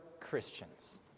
Christians